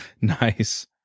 Nice